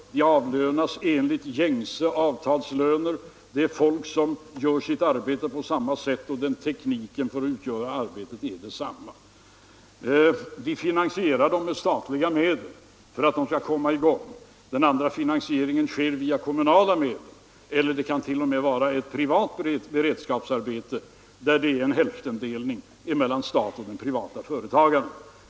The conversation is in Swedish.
De som utför arbetet avlönas enligt gängse avtal; det är folk som gör sitt arbete på samma sätt som andra arbetstagare, och tekniken för att utföra arbetet är densamma: Vi finansierar detta arbete med statliga medel för att det skall komma i gång: Den övriga finansieringen sker via kommunala medel; det kan t.o.m. röra sig om ett privat beredskapsarbete, där det är en hälftendelning mellan staten och privata företagare.